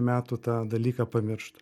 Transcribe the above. metų tą dalyką pamiršta